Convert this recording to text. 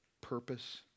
purpose